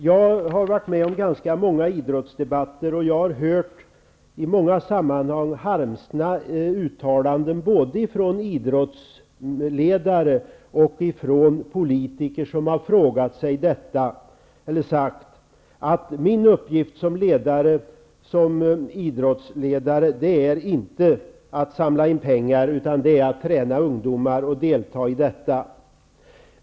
Jag har varit med om ganska många idrottsdebatter, och jag har i många sammanhang hört harmsna uttalanden, både från idrottsledare och från politiker. De har sagt att ''min uppgift som idrottsledare är inte att samla in pengar, utan det är att träna ungdomar''.